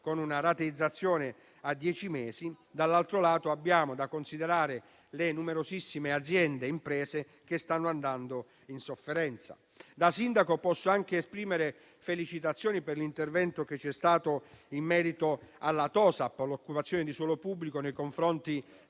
con una rateizzazione in dieci mesi, dall'altro lato dobbiamo considerare le numerosissime aziende e imprese che stanno andando in sofferenza. Da sindaco, posso anche esprimere felicitazioni per l'intervento che vi è stato in merito alla TOSAP, la tassa per l'occupazione di spazi e aree pubbliche, nei confronti